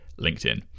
linkedin